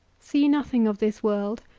see nothing of this world,